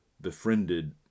befriended